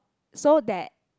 so that